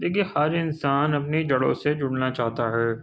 دیکھیے ہر انسان اپنی جڑوں سے جُڑنا چاہتا ہے